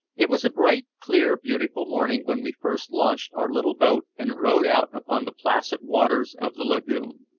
it was a bright, clear, beautiful morning when we first launched our little boat and rowed out upon the placid waters of the lagoon.